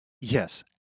yes